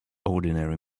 ordinary